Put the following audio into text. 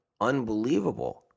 unbelievable